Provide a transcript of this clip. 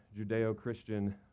Judeo-Christian